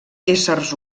éssers